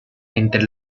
entre